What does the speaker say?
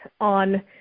on